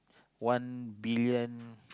one billion